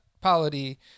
polity